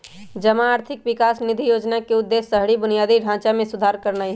जमा आर्थिक विकास निधि जोजना के उद्देश्य शहरी बुनियादी ढचा में सुधार करनाइ हइ